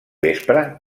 vespre